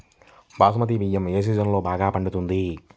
బాస్మతి బియ్యం ఏ సీజన్లో బాగా పండుతుంది?